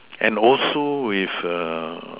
and also with a